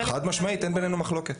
חד משמעית, אין בינינו מחלוקת.